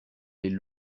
les